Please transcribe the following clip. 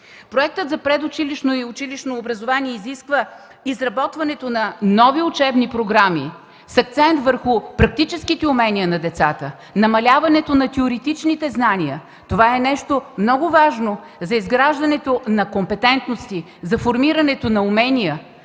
Закон за предучилищно и училищно образование изисква изработването на нови учебни програми с акцент върху практическите умения на децата, намаляването на теоретичните знания, което е много важно за изграждане на компетентности и формиране на умения.